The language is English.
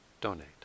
donate